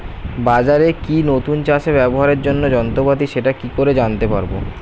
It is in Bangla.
বাজারে কি নতুন চাষে ব্যবহারের জন্য যন্ত্রপাতি সেটা কি করে জানতে পারব?